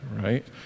right